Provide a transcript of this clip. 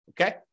okay